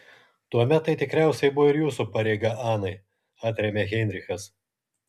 tuomet tai tikriausiai buvo ir jūsų pareiga anai atrėmė heinrichas